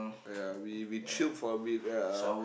ya we we we chilled for a bit ya